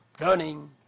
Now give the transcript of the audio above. learning